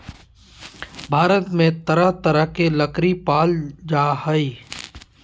भारत में तरह तरह के लकरी पाल जा हइ